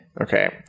okay